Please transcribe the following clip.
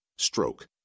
Stroke